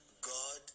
God